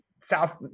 South